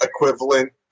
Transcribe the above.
equivalent